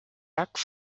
jacques